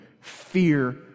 Fear